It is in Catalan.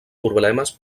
problemes